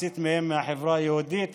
מחצית מהם מהחברה היהודית,